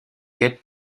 quêtes